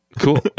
Cool